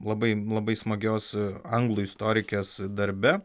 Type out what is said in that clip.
labai labai smagios anglų istorikės darbe